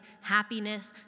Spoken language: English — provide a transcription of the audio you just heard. happiness